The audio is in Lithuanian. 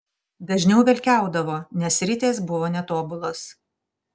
dažniau velkiaudavo nes ritės buvo netobulos